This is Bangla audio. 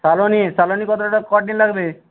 সালোনীর সালোনী কতটা ক টিন লাগবে